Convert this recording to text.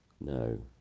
No